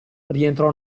rientrò